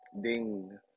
Ding